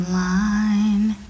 line